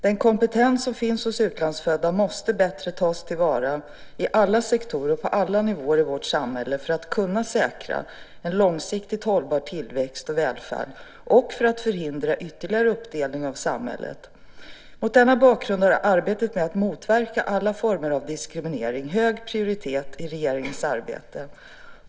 Den kompetens som finns hos utlandsfödda måste bättre tas till vara i alla sektorer och på alla nivåer i vårt samhälle för att kunna säkra en långsiktigt hållbar tillväxt och välfärd och för att förhindra ytterligare uppdelning av samhället. Mot denna bakgrund har arbetet med att motverka alla former av diskriminering hög prioritet i regeringens arbete.